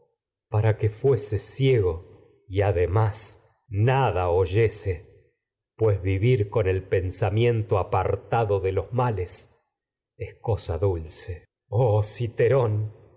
para con que el fuese ciego y además nada oyese es pues cosa vivir pensamiento apartado de los males me dulce oh citerón